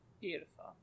Beautiful